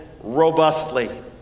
robustly